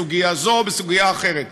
בסוגיה זו או בסוגיה אחרת.